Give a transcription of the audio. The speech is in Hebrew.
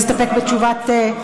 להסתפק בתשובת,